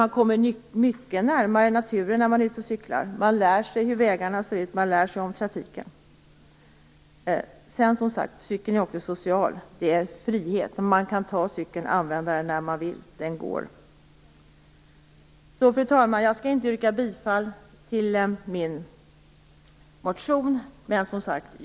Man kommer mycket närmare naturen när man är ute och cyklar. Man lär sig hur vägarna och trafiken ser ut. Cykeln är också social. Den ger frihet. Man kan använda cykeln när man vill det. Fru talman! Jag skall inte yrka bifall till min motion.